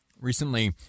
Recently